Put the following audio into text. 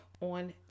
on